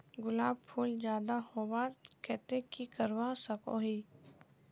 गुलाब फूल ज्यादा होबार केते की करवा सकोहो ही?